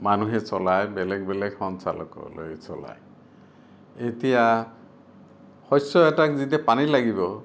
মানুহে চলায় বেলেগ বেলেগ সঞ্চালকালয়ে চলায় এতিয়া শস্য এটাক যেতিয়া পানী লাগিব